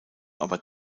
aber